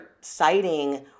citing